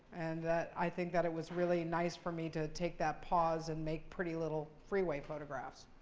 and that i think that it was really nice for me to take that pause and make pretty little freeway photographs.